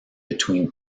between